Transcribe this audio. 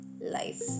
life